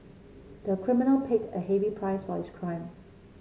the criminal paid a heavy price for his crime